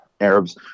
Arabs